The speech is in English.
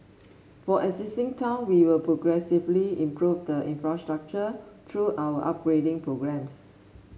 for existing town we will progressively improve the infrastructure through our upgrading programmes